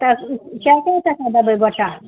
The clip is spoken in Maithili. तऽ कै सए टका देबै बताउ